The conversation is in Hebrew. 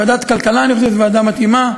ועדת כלכלה, אני חושב שזאת ועדה מתאימה.